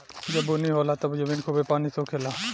जब बुनी होला तब जमीन खूबे पानी सोखे ला